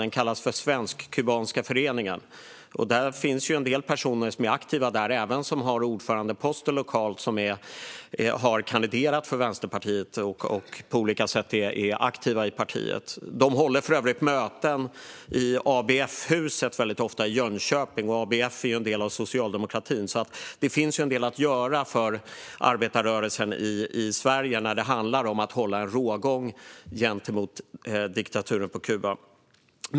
Den kallas Svensk-Kubanska Föreningen, och i den finns det en del personer som är aktiva - och som även har ordförandeposter lokalt - som har kandiderat för Vänsterpartiet och på olika sätt är aktiva i partiet. De håller för övrigt väldigt ofta möten i ABF-huset i Jönköping. ABF är ju en del av socialdemokratin, så det finns en del att göra för arbetarrörelsen i Sverige när det handlar om att hålla en rågång gentemot diktaturen på Kuba.